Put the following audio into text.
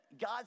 God